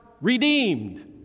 redeemed